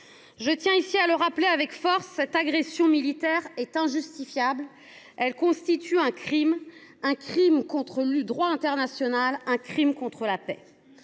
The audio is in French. Je tiens ici à le rappeler avec force, cette agression militaire est injustifiable et constitue un crime, un crime contre le droit international et contre la paix.